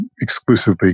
exclusively